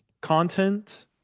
content